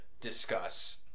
discuss